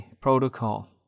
protocol